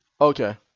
Okay